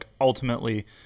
ultimately